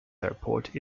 airport